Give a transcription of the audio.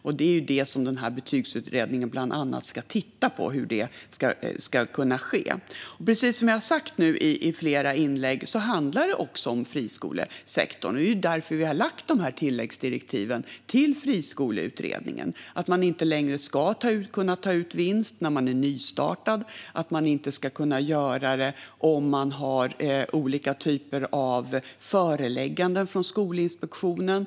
Hur det ska kunna ske är vad betygsutredningen bland annat ska titta på. Precis som jag har sagt nu i flera inlägg handlar det även om friskolesektorn. Det är därför vi har lämnat tilläggsdirektiv till friskoleutredningen. Man ska inte längre kunna ta ut vinst när skolan är nystartad. Man ska heller inte kunna göra det om man har förelägganden från Skolinspektionen.